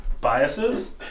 biases